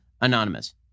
anonymous